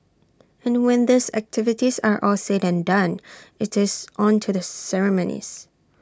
and when these activities are all said and done IT is on to the ceremonies